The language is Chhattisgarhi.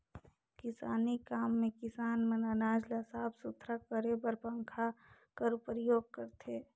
किसानी काम मे किसान मन अनाज ल साफ सुथरा करे बर पंखा कर परियोग करथे